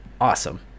awesome